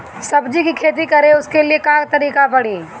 सब्जी की खेती करें उसके लिए का करिके पड़ी?